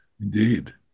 Indeed